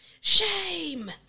shame